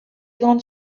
grande